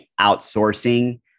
outsourcing